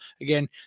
again